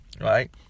Right